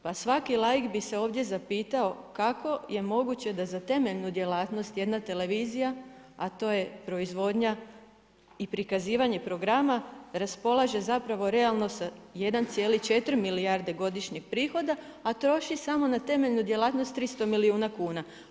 Pa svaki laik bi se ovdje zapitao kako je moguće da za temeljnu djelatnost jedna televizija, a to je proizvodnja i prikazivanje programa raspolaže realno sa 1,4 milijarde godišnjeg prihoda, a troši samo na temeljnu djelatnost 300 milijuna kuna.